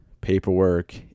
paperwork